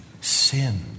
sin